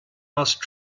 must